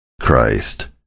Christ